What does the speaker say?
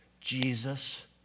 Jesus